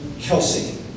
Kelsey